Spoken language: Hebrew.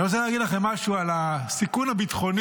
אני רוצה להגיד לכם משהו על הסיכון הביטחוני